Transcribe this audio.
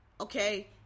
okay